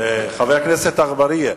חבר הכנסת אגבאריה,